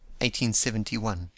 1871